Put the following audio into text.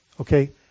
Okay